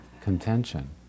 contention